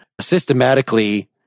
systematically